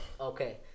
Okay